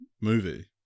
movie